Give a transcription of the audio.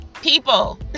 people